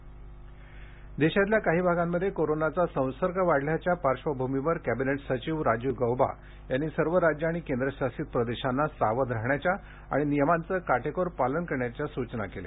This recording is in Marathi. राजीव गौबा देशातल्या काही भागांमध्ये कोरोनाचा संसर्ग वाढल्याच्या पार्श्वभूमीवर कॅबिनेट सचिव राजीव गौबा यांनी सर्व राज्य आणि केंद्र शासित प्रदेशांना सावध राहण्याच्या आणि नियमांचंकाटेकोर पालन करण्याच्या सूचना केल्या